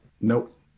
Nope